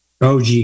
og